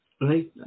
right